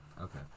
Okay